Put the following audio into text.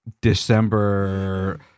december